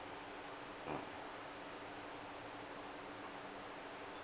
ah